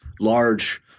large